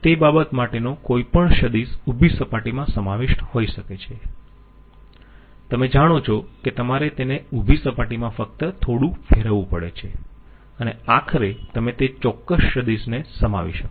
તે બાબત માટેનો કોઈપણ સદિશ ઉભી સપાટીમાં સમાવિષ્ટ હોઈ શકે છે તમે જાણો છો કે તમારે તેને ઉભી સપાટીમાં ફક્ત થોડું ફેરવવું પડે છે અને આખરે તમે તે ચોક્કસ સદિશ ને સમાવી શકશો